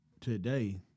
today